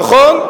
נכון,